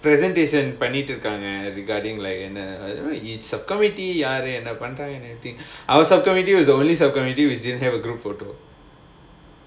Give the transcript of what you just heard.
presentation பண்ணிட்ருக்கங்க:pannitrukanga regarding like and sub committee யாரு என்ன பண்றங்கனு:yaaru enna pandranganu and everything our sub committee is the only sub committee that didn't have a group photo